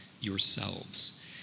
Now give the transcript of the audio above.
yourselves